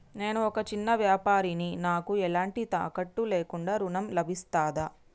నేను ఒక చిన్న వ్యాపారిని నాకు ఎలాంటి తాకట్టు లేకుండా ఋణం లభిస్తదా?